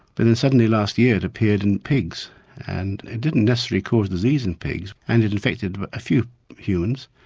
but then suddenly last year it appeared in pigs and it didn't necessarily cause disease in pigs and it infected a few humans,